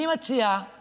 אני מציעה